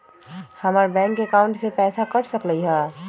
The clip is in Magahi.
हमर बैंक अकाउंट से पैसा कट सकलइ ह?